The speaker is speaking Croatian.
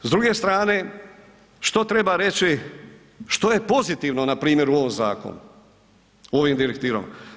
S druge strane što treba reći što je pozitivno npr. u ovom zakonu, u ovim direktivama.